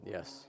Yes